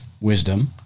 wisdom